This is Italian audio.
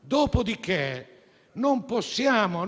Dopodiché non possiamo